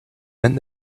meant